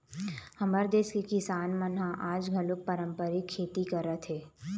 हमर देस के किसान मन ह आज घलोक पारंपरिक खेती करत हे